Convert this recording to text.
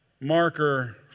marker